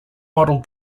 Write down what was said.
model